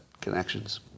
connections